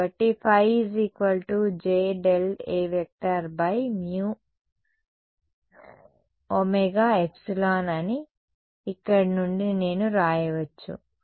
కాబట్టి ϕ jA ωμε అని ఇక్కడ నుండి నేను వ్రాయవచ్చు